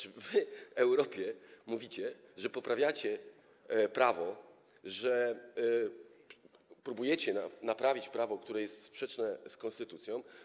Wy w Europie mówicie, że poprawiacie prawo, że próbujecie naprawić prawo, które jest sprzeczne z konstytucją.